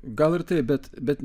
gal ir taip bet bet